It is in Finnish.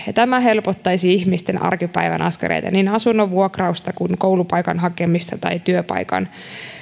tämä helpottaisi ihmisten arkipäivän askareita niin asunnon vuokrausta kuin koulupaikan hakemista tai työpaikan